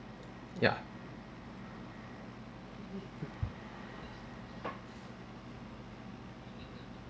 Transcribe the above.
ya